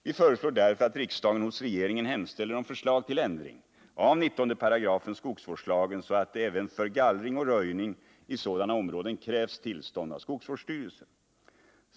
Vi föreslår därför att riksdagen hos regeringen hemställer om förslag till ändring av 19 § skogsvårdslagen, så att det även för gallring och röjning i sådana områden krävs tillstånd av skogsvårdsstyrelsen.